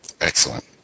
Excellent